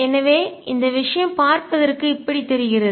எனவே இந்த விஷயம் பார்ப்பதற்க்கு இப்படி தெரிகிறது